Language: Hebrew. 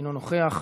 אינו נוכח.